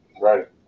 Right